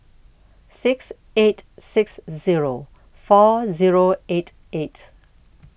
six eight six Zero four Zero eight eight